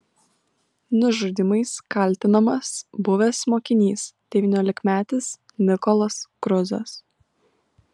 nužudymais kaltinamas buvęs mokinys devyniolikmetis nikolas kruzas